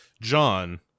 John